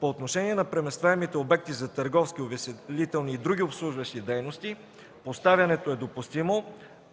По отношение на преместваемите обекти за търговски, увеселителни и други обслужващи дейности поставянето е допустимо,